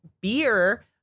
beer